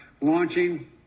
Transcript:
launching